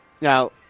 Now